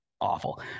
awful